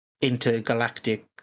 intergalactic